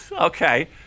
Okay